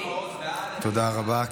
תודה רבה.